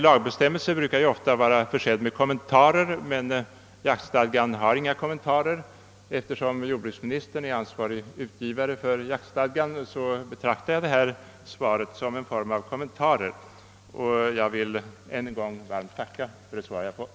Lagbestämmelser är ju ofta försedda med kommentarer, men till jaktstadgan finns ingen kommentar. Eftersom jordbruksministern så att säga är ansvarig utgivare för jaktstadgan betraktar jag hans besked i dag som en form av kommentar, och jag ber att än en gång få tacka för svaret.